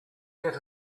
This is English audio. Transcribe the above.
get